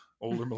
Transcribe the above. older